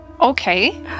Okay